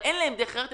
אבל אין להם דרך אחרת.